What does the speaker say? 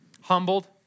humbled